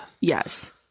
Yes